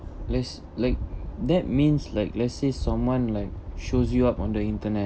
let's like that means like let's say someone like shows you up on the internet